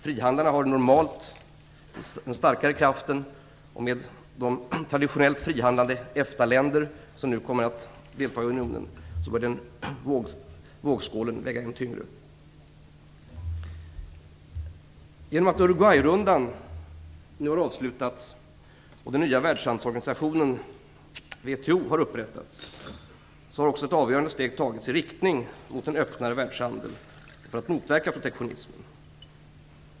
Frihandlarna har normalt varit den starkare kraften, och med de traditionellt frihandlande EFTA länder som nu kommer att delta i unionen bör den vågskålen väga ännu tyngre. Genom att Uruguayrundan nu har avslutats och den nya världshandelsorganisationen WTO har upprättats, har också ett avgörande steg tagits i riktning mot en öppnare världshandel och för att motverka protektionismen.